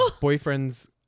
boyfriend's